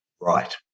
right